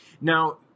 Now